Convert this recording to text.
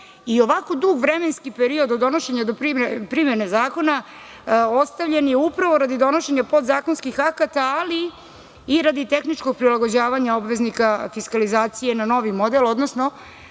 i ovako dug vremenski period od donošenja do primene zakona ostavljen je upravo radi donošenja podzakonskih akata, ali i radi tehničkog prilagođavanja obveznika fiskalizacije na novi model, odnosno